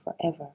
forever